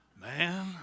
man